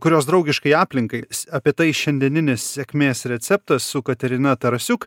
kurios draugiškai aplinkai apie tai šiandieninis sėkmės receptas su katerina tarasiuk